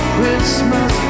Christmas